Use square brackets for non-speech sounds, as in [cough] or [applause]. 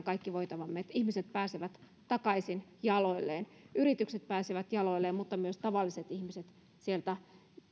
[unintelligible] kaikki voitava että ihmiset pääsevät takaisin jaloilleen yritykset pääsevät jaloilleen mutta myös tavalliset ihmiset